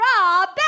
Rob